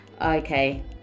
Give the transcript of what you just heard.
okay